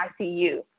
ICU